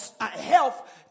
health